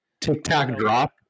Tic-tac-drop